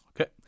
Okay